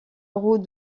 roue